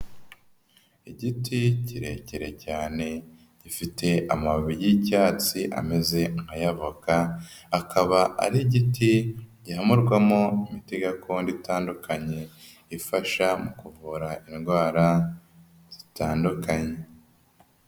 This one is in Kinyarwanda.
Igiti kirekire cyane, gifite amababi y'icyatsi ameze nk'ay'avoka, akaba ari igiti gihamurwamo imiti gakondo itandukanye ifasha mu kuvura indwara zitandukanye.